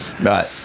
Right